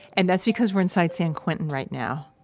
and that's because we're inside san quentin right now,